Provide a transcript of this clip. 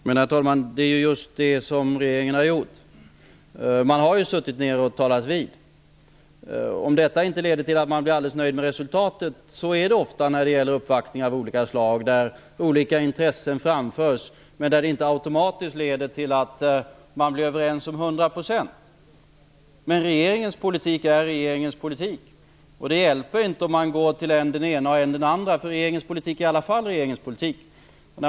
Herr talman! Det är just det som regeringen har gjort. Man har suttit ned och talats vid. Detta kanske inte leder till att man blir helt nöjd med resultatet. Så blir det ofta vid uppvaktningar av olika slag. Olika intressen framförs, men man blir kanske inte alltid automatiskt överens till hundra procent. Regeringens politik är regeringens politik. Det hjälper inte om man diskuterar med än den ena än den andra. Regeringens politik är i alla fall regeringens politik.